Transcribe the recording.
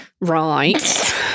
right